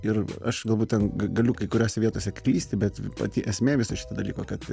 ir aš galbūt ten ga galiu kai kuriose vietose klysti bet pati esmė viso šito dalyko kad